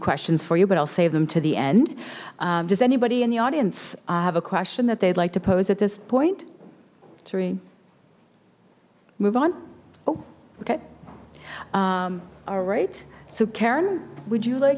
questions for you but i'll save them to the end does anybody in the audience i have a question that they'd like to pose at this point three move on oh okay all right so karen would you like